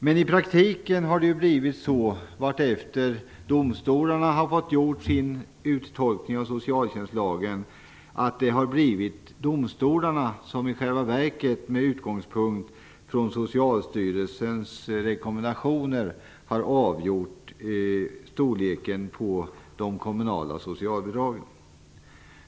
Men vartefter som domstolarna har fått göra sin uttolkning av socialtjänstlagen, har det i praktiken blivit så att det i själva verket är domstolarna som med utgångspunkt i Socialstyrelsens rekommendationer har avgjort storleken på de kommunala socialbidragen.